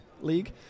League